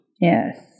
Yes